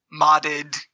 modded